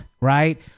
right